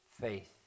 faith